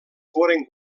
foren